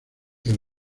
girl